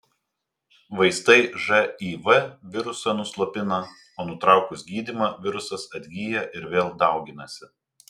vaistai živ virusą nuslopina o nutraukus gydymą virusas atgyja ir vėl dauginasi